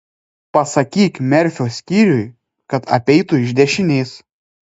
pasakyk merfio skyriui kad apeitų iš dešinės